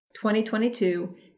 2022